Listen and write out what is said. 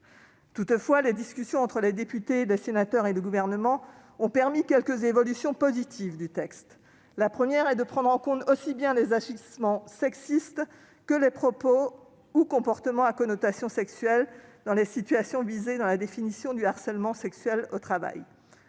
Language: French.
Toutefois, les discussions entre les députés, les sénateurs et le Gouvernement ont permis quelques évolutions positives du texte. La première est la prise en compte aussi bien des agissements sexistes que des propos ou comportements à connotation sexuelle dans les situations visées dans la définition du harcèlement sexuel au travail.